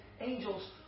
angels